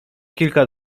kilka